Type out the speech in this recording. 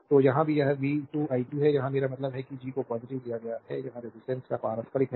तो यहाँ भी यह v2 i2 है यहाँ मेरा मतलब है कि G को पॉजिटिव लिया गया है यह रेजिस्टेंस का पारस्परिक है